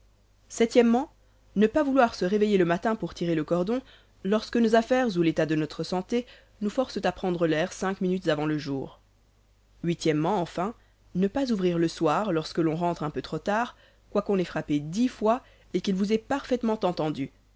o ne pas vouloir se réveiller le matin pour tirer le cordon lorsque nos affaires ou l'état de notre santé nous forcent à prendre l'air cinq minutes avant le jour o enfin ne pas ouvrir le soir lorsque l'on rentre un peu trop tard quoiqu'on ait frappé dix fois et qu'il vous ait parfaitement entendu